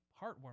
heartwarming